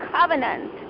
covenant